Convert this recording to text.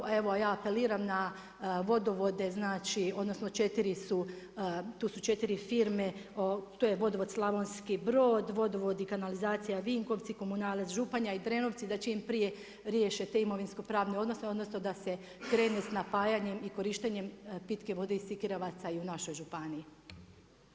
A evo a ja apeliram na vodovode, znači odnosno 4 su, tu su 4 firme, to je vodovod Slavonski broj, vodovodi i kanalizacija Vinkovci, Komunalac Županija i Drenovci da čim prije riješe te imovinsko pravne odnose odnosno da se krene sa napajanjem i korištenjem pitke vode iz Sikirevaca i u našoj županiji.